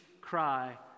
cry